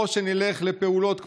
או שנלך לפעולות,